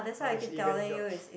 all those event jobs